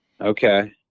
Okay